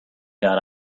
got